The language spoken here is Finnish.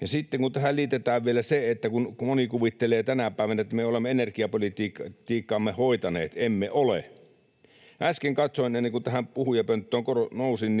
Ja sitten kun tähän liitetään vielä se, että moni kuvittelee tänä päivänä, että me olemme energiapolitiikkaamme hoitaneet. Emme ole. Äsken katsoin, ennen kuin tähän puhujapönttöön nousin,